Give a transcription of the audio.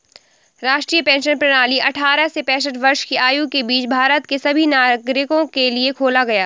राष्ट्रीय पेंशन प्रणाली अट्ठारह से पेंसठ वर्ष की आयु के बीच भारत के सभी नागरिकों के लिए खोला गया